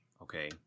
Okay